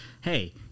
hey